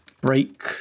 break